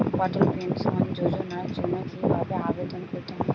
অটল pension যোজনার জন্য কি ভাবে আবেদন করতে হয়?